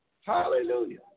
Hallelujah